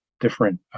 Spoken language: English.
different